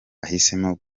ahisemo